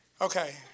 Okay